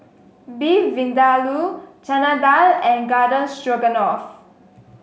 Beef Vindaloo Chana Dal and Garden Stroganoff